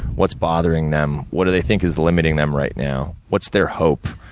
what's bothering them? what do they think is limiting them right now? what's their hope?